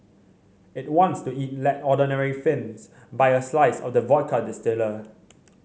it wants to it let ordinary Finns buy a slice of the vodka distiller